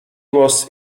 was